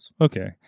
okay